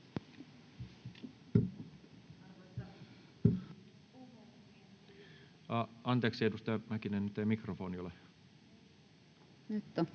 Anteeksi, edustaja Mäkinen, nyt ei mikrofoni ole